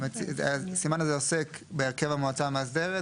הסימן הזה עוסק בהרכב המועצה המאסדרת